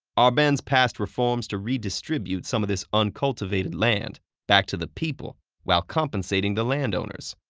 arbenz passed reforms to redistribute some of this uncultivated land back to the people while compensating the landowners.